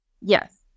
Yes